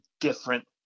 different